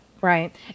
right